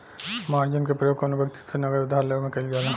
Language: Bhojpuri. मार्जिन के प्रयोग कौनो व्यक्ति से नगद उधार लेवे में कईल जाला